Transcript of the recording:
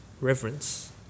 reverence